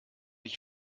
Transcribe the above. ich